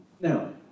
Now